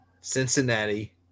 Cincinnati